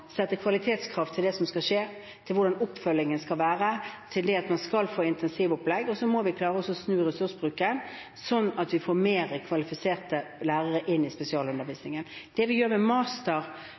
sette kvalitetskrav til det som skal skje, til hvordan oppfølgingen skal være, til at man skal få et intensivt opplegg, og så må vi klare å snu ressursbruken slik at vi får mer kvalifiserte lærere i spesialundervisningen. Det vi nå gjør med